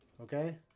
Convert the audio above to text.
Okay